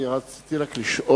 אני רציתי רק לשאול: